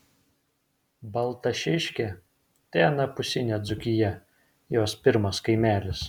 baltašiškė tai anapusinė dzūkija jos pirmas kaimelis